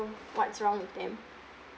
what's wrong with them